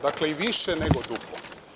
Dakle, i više nego duplo.